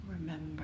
Remember